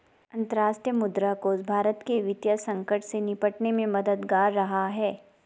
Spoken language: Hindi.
अंतर्राष्ट्रीय मुद्रा कोष भारत के वित्तीय संकट से निपटने में मददगार रहा है